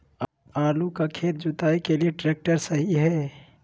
आलू का खेत जुताई के लिए ट्रैक्टर सही है?